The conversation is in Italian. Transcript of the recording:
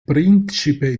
principe